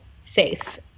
safe